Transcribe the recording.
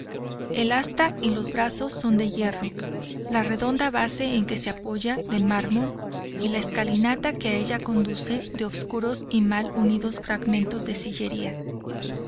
el asta y los brazos son de hierro la redonda base en que se apoya de mármol y la escalinata que a ella conduce de oscuros y mal unidos fragmentos de sillería